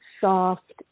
soft